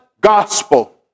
gospel